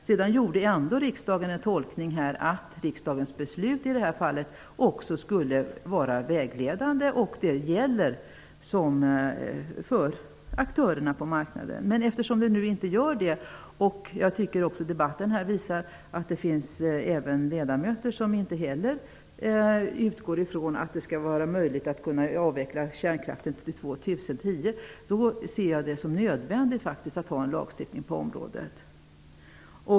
Sedan gjorde riksdagen ändå en tolkning att riksdagens beslut i det här fallet också skulle vara vägledande och gälla för aktörerna på marknaden. Men eftersom det inte gör det -- och debatten visar att det finns ledamöter som inte heller utgår ifrån att det skall vara möjligt att avveckla kärnkraften till år 2010 -- ser jag det som nödvändigt att ha en lagstiftning på området.